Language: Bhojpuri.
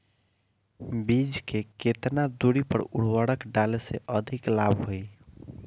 बीज के केतना दूरी पर उर्वरक डाले से अधिक लाभ होई?